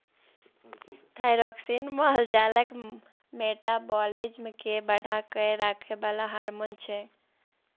thyroxine माल जालक metabolism केँ बढ़ा कए राखय बला हार्मोन छै